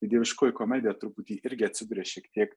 dieviškoji komedija truputį irgi atsiduria šiek tiek